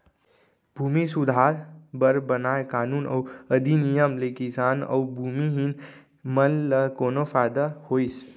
भूमि सुधार बर बनाए कानून अउ अधिनियम ले किसान अउ भूमिहीन मन ल कोनो फायदा होइस?